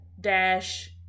dash